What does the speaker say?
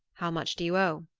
how much do you owe?